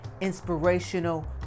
inspirational